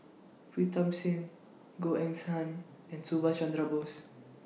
Pritam Singh Goh Eng's Han and Subhas Chandra Bose